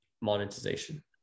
monetization